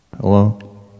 Hello